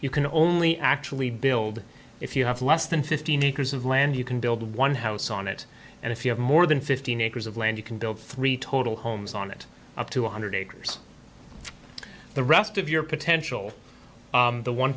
you can only actually build if you have less than fifteen acres of land you can build one house on it and if you have more than fifteen acres of land you can build three total homes on it up to one hundred acres the rest of your potential the one